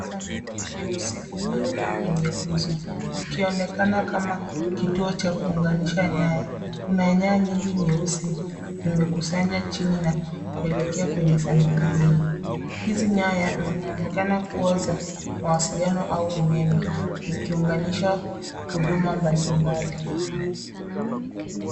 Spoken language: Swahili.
Sanduku jeusi lililowekwa kwenye guzo, likionekana kituo cha kuunganisha nyaya. Kuna nyaya nyingi nyeusi zimekusanywa chini na kuelekea kwenye sanduku hiyo. Hizi nyanya zinaonekana kuwa za mawasiliano au umeme zikiunganisha huduma mbalimbali.